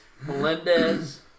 Melendez